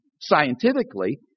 scientifically